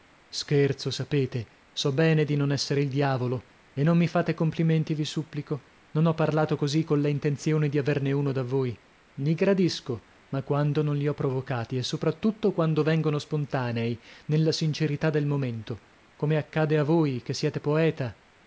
scherzo sapete so bene di non essere il diavolo e non mi fate complimenti vi supplico non ho parlato così colla intenzione di averne uno da voi li gradisco ma quando non li ho provocati e sopra tutto quando vengono spontanei nella sincerità del momento come accade a voi che siete poeta